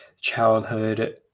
childhood